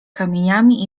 kamieniami